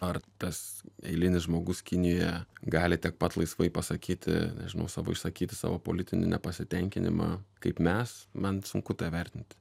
ar tas eilinis žmogus kinijoje gali tiek pat laisvai pasakyti nežinau savo išsakyti savo politinį nepasitenkinimą kaip mes man sunku tą vertint